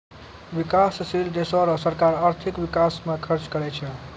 बिकाससील देसो रो सरकार आर्थिक बिकास म खर्च करै छै